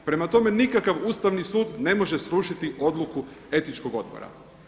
Prema tome nikakav Ustavni sud ne može srušiti odluku Etičkog odbora.